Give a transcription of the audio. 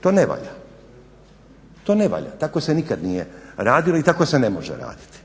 To ne valja. Tako se nikad nije radilo i tako se ne može raditi.